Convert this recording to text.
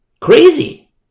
Crazy